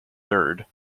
third